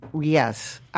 Yes